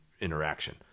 interaction